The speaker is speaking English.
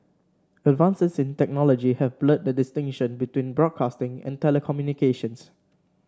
advances in technology have blurred the distinction between broadcasting and telecommunications